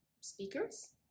speakers